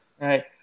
Right